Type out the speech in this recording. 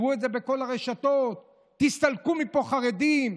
הראו את זה בכל הרשתות: תסתלקו מפה, חרדים.